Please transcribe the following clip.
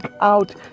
out